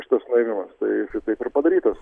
šitas nuėmimas tai šitaip ir padarytas